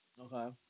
Okay